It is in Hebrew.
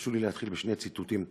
תרשו לי להתחיל בשני ציטוטים.